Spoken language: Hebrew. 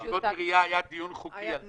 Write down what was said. לגבי ישיבות עירייה, היה דיון חוקי על זה.